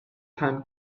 can